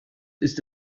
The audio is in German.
ist